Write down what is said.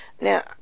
Now